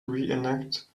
reenact